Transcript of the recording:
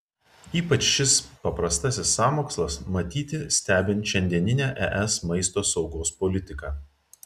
ypač šis paprastasis sąmokslas matyti stebint šiandienę es maisto saugos politiką